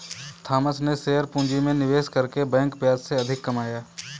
Thomas ने share पूंजी में निवेश करके बैंक ब्याज से अधिक कमाया